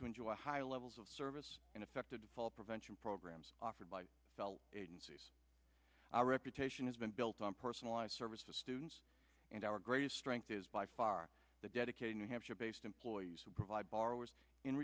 to enjoy high levels of service and effective fall prevention programs offered by fellow agencies our reputation has been built on personalized service to students and our greatest strength is by far the dedicated new hampshire based employees who provide borrowers in